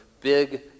big